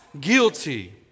guilty